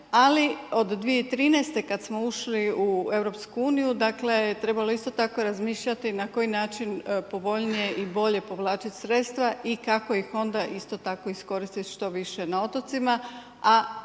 ali od 2013. kad smo ušli u EU, dakle trebalo je isto tako razmišljati na koji način povoljnije i bolje povlačit sredstva i kako ih onda isto tako iskoristit što više na otocima,